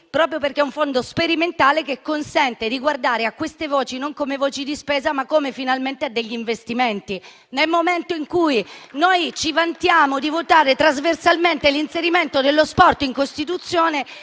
proprio perché è sperimentale e consente di guardare a quelle voci non come spesa, ma finalmente come investimenti. Nel momento in cui noi ci vantiamo di votare trasversalmente l'inserimento dello sport in Costituzione